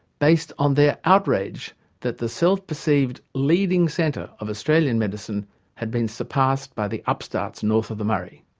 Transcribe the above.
based on their outrage that the self-perceived leading centre of australian medicine had been surpassed by the upstarts north of the murray?